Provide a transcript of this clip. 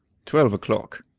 twelve o'clock.